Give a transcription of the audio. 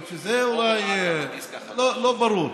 לא ברור.